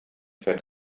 fährt